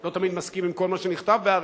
לא תמיד אני מסכים עם כל מה שנכתב ב"הארץ",